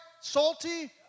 salty